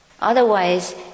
Otherwise